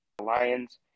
Lions